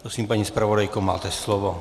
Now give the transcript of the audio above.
Prosím, paní zpravodajko, máte slovo.